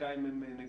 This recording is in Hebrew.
פוליטיקאים הם נגועים.